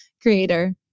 creator